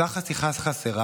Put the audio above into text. אותה חתיכה חסרה